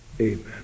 Amen